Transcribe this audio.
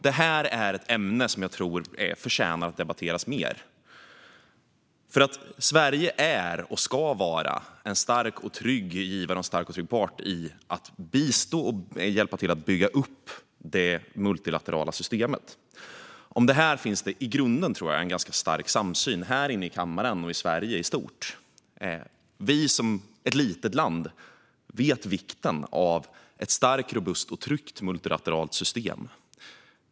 Det här är ett ämne som jag tror förtjänar att debatteras mer, för Sverige är och ska vara en stark och trygg givare och en stark och trygg part i att bistå och hjälpa till att bygga upp det multilaterala systemet. Om det här finns det, tror jag, i grunden ganska stor samsyn här i kammaren och i Sverige i stort. Vi som ett litet land vet vikten av ett starkt, robust och tryggt multilateralt system.